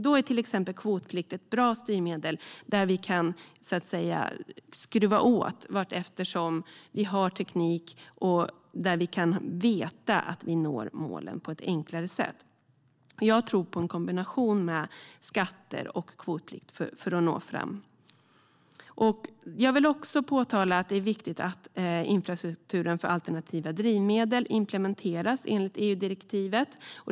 Då är kvotplikt ett bra styrmedel; då kan vi skruva åt vartefter vi har teknik och veta att vi når målen på ett enklare sätt. Jag tror på en kombination av skatter och kvotplikt för att nå fram. Jag vill också framhålla att det är viktigt att infrastrukturen för alternativa drivmedel implementeras enligt EU-direktivet.